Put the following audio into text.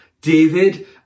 David